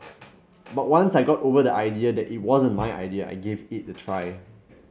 but once I got over the idea that it wasn't my idea I gave it a try